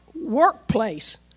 workplace